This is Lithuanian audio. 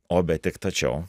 o bet tik tačiau